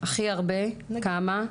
הכי הרבה כמה?